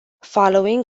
following